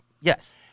yes